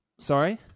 Sorry